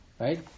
right